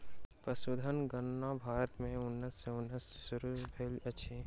पशुधन गणना भारत में उन्नैस सौ उन्नैस में शुरू भेल अछि